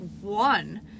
one